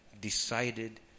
decided